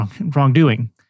wrongdoing